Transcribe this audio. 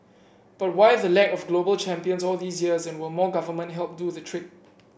but why the lack of global champions all these years and will more government help do the trick